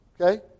Okay